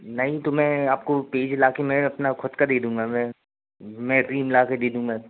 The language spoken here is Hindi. नहीं तो मैं आपको पेज लाकर मैं अपना ख़ुद का दे दूँगा मैम मैं रिम लाकर दे दूँ मैम